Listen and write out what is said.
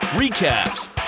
recaps